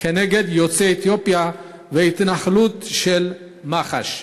כנגד יוצאי אתיופיה וההתנהלות של מח"ש.